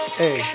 hey